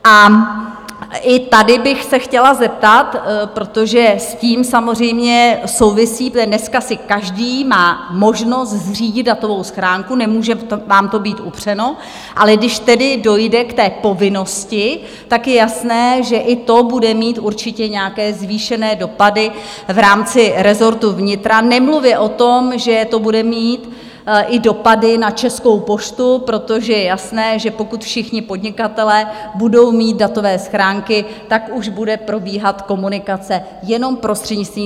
A i tady bych se chtěla zeptat, protože s tím samozřejmě souvisí, protože dneska si každý má možnost zřídit datovou schránku, nemůže vám to být upřeno, ale když tedy dojde k té povinnosti, tak je jasné, že i to bude mít určitě nějaké zvýšené dopady v rámci rezortu vnitra, nemluvě o tom, že to bude mít i dopady na Českou poštu, protože je jasné, že pokud všichni podnikatelé budou mít datové schránky, tak už bude probíhat komunikace jenom prostřednictvím datových schránek.